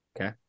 Okay